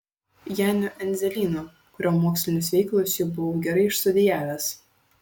janiu endzelynu kurio mokslinius veikalus jau buvau gerai išstudijavęs